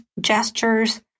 gestures